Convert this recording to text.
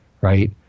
right